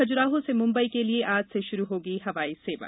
खज्राहों से मुंबई के लिए आज से शुरू होगी हवाई सेवा